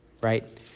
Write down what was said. right